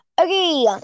Okay